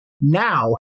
now